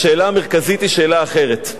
השאלה המרכזית היא שאלה אחרת: